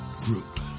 Group